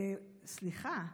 סליחה.